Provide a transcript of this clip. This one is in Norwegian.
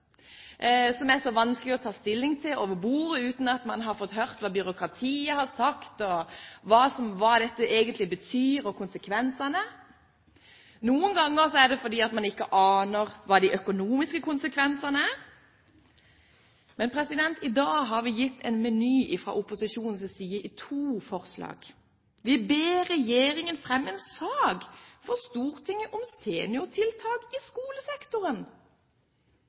som er vanskelige å ta stilling til over bordet uten at man har fått hørt hva byråkratiet har sagt, hva dette egentlig betyr, og konsekvensene av det. Noen ganger er det fordi man ikke aner hva de økonomiske konsekvensene er. Men i dag har vi gitt en meny fra opposisjonens side i to forslag. I forslag nr. 1 ber vi regjeringen fremme en sak for Stortinget om seniortiltak i skolesektoren.